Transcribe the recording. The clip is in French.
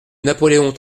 napoleon